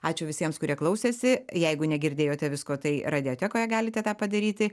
ačiū visiems kurie klausėsi jeigu negirdėjote visko tai radijotekoje galite tą padaryti